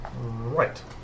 Right